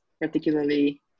particularly